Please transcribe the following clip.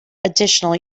additional